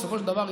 בסופו של דבר,